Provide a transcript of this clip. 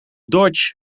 dodge